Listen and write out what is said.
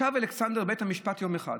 ישב אלכסנדר בבית המשפט יום אחד,